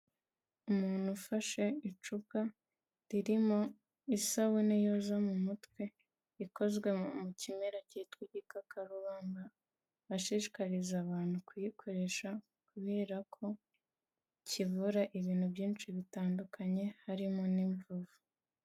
Umuntu ufashe icupa ririmo isabune yoza mu mutwe ikozwe mu kimera cyitwa igikakarubanmba, bashishikariza abantu kuyikoresha, kubera ko kivura ibintu byinshi bitandukanye harimo n'imvuvu.